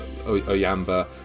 Oyamba